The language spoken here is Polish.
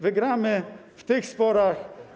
Wygramy w tych sporach.